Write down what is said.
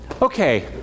Okay